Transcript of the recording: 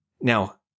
Now